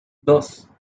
dos